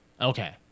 Okay